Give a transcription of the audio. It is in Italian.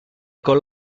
con